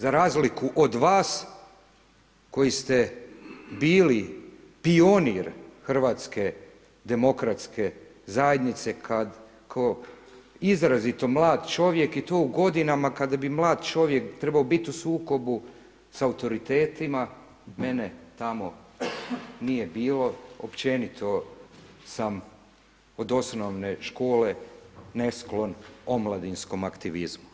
Za razliku od vas koji ste bili pionir Hrvatske demokratske zajednice, kad ko izrazito mlad čovjek i to u godinama kada bi mlad čovjek trebao biti u sukobu sa autoritetima, mene tamo nije bilo općenito sam od osnovne škole nesklon omladinskom aktivizmu.